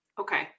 Okay